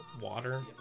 Water